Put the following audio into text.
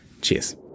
Cheers